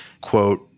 quote